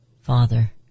Father